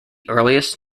earliest